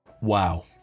Wow